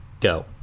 go